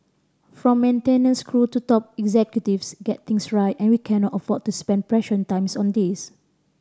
from maintenance crew to top executives get things right and we cannot afford to spend precious time on this